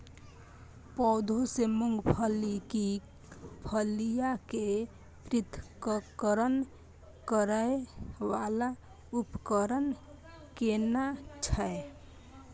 पौधों से मूंगफली की फलियां के पृथक्करण करय वाला उपकरण केना छै?